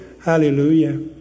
hallelujah